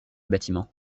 bâtiment